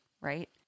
right